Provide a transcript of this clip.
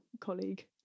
colleague